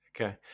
Okay